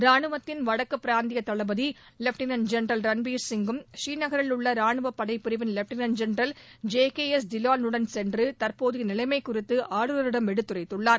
ராணுவத்தின் வடக்கு பிராந்திய தளபதி லெப்டினென்ட் ஜௌரல் ரன்பீர் சிங்கும் ஸ்ரீநகரில் உள்ள ராணுவ படைப் பிரிவின் lieutenant general K J S Dhillon உடன் சென்று தற்போதைய நிலைமை குறித்து ஆளுநரிடம் எடுத்துரைத்துள்ளார்